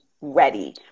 ready